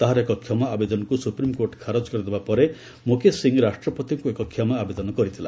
ତାହାର ଏକ କ୍ଷମା ଆବେଦନକୁ ସୁପ୍ରିମକୋର୍ଟ ଖାରଜ କରିଦେବାପରେ ମୁକେଶ ସିଂହ ରାଷ୍ଟ୍ରପତିଙ୍କୁ ଏକ କ୍ଷମା ଆବେଦନ କରିଥିଲା